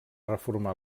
reformar